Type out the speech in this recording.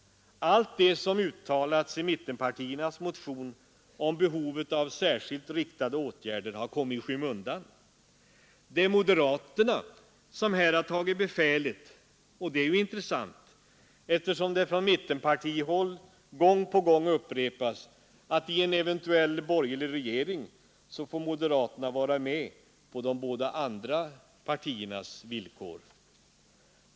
Allt det som uttalats i mittenpartiernas motion om behovet av särskilt riktade åtgärder har kommit i skymundan. Det är moderaterna som här tagit befälet, och det är intressant, eftersom det från mittenpartihåll gång på gång upprepas, att i en eventuell borgerlig regering får moderaterna vara med på de båda andra partiernas villkor.